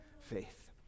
faith